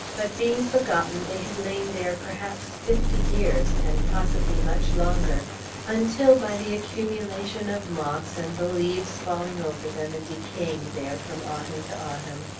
but, being forgotten, they had lain there perhaps fifty years, and possibly much longer until, by the accumulation of moss, and the leaves falling over them, and decaying there, from autumn to autumn,